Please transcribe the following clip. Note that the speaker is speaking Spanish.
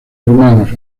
hermanos